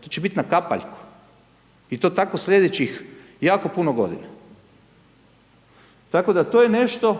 To će biti na kapaljku i to tako sljedećih jako puno godina. Tako da to je nešto,